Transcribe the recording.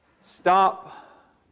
Stop